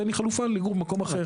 תיתן לי חלופה לגור במקום אחר.